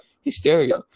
hysteria